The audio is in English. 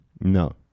No